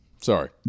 Sorry